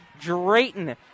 Drayton